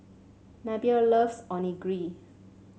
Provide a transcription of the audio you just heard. Mabelle loves Onigiri